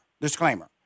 disclaimer